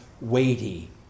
weighty